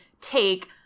take